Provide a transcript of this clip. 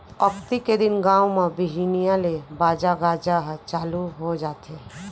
अक्ती के दिन गाँव म बिहनिया ले बाजा गाजा ह चालू हो जाथे